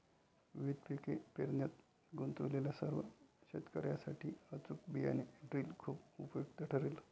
विविध पिके पेरण्यात गुंतलेल्या सर्व शेतकर्यांसाठी अचूक बियाणे ड्रिल खूप उपयुक्त ठरेल